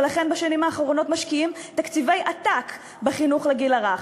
ולכן בשנים האחרונות משקיעים תקציבי עתק בחינוך לגיל הרך.